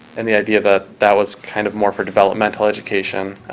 and the idea that that was kind of more for developmental education,